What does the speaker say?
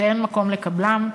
שאין מקום לקבלן.